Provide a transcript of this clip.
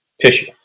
tissue